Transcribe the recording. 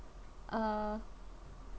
uh